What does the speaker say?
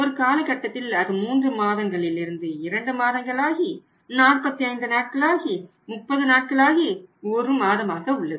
ஒரு காலகட்டத்தில் அது 3 மாதங்களிலிருந்து 2 மாதங்களாகி 45 நாட்களாகி 30 நாட்களாகி 1 மாதமாக உள்ளது